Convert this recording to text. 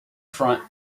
front